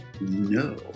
No